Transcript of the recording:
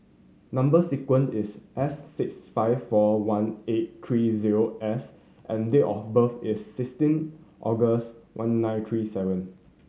number sequence is S six five four one eight three zero S and date of birth is sixteen August one nine three seven